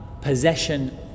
possession